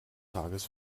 tages